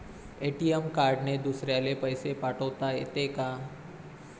ATM कार्डने दुसऱ्याले पैसे पाठोता येते का?